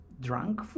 drunk